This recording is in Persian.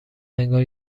انگار